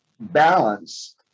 balance